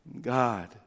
God